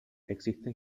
existen